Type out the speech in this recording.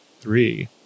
three